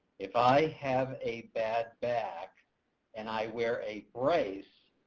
if i have a bad back and i wear a brace,